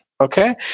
Okay